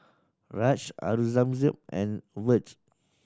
Raj Aurangzeb and Vedre